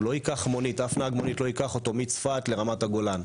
הוא לא ייקח מונית אף נהג מונית לא ייקח אותו מצפת לרמת הגולן.